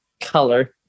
color